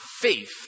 faith